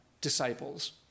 disciples